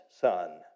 son